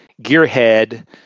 gearhead